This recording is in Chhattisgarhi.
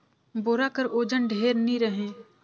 बोरा कर ओजन ढेर नी रहें